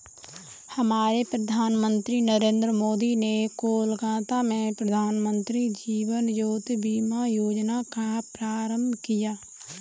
हमारे प्रधानमंत्री नरेंद्र मोदी ने कोलकाता में प्रधानमंत्री जीवन ज्योति बीमा योजना का प्रारंभ किया